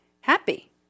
happy